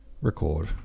record